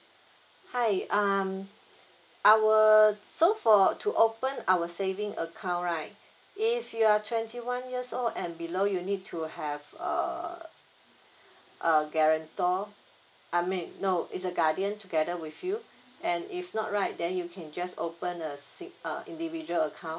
hi um our so for to open our saving account right if you are twenty one years old and below you will need to have uh a guarantor I mean no it's a guardian together with you and if not right then you can just open a individual account